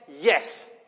yes